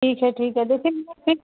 ٹھیک ہے ٹھیک ہے لیکن